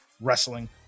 Wrestling